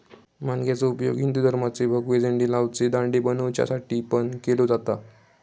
माणग्याचो उपयोग हिंदू धर्माचे भगवे झेंडे लावचे दांडे बनवच्यासाठी पण केलो जाता